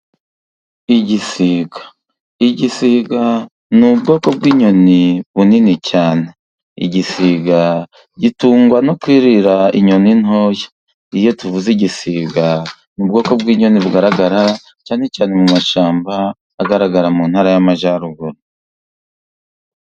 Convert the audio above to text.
Igisiga, igisiga ni ubwoko bw'inyoni bunini cyane. Igisiga gitungwa no kwirira inyoni ntoya. Iyo tuvuze igisiga, ni ubwoko bw'inyoni bugaragara cyane cyane mu mashyamba, agaragara mu Ntara y'Amajyaruguru.